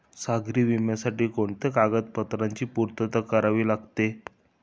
सागरी विम्यासाठी कोणत्या कागदपत्रांची पूर्तता करावी लागते?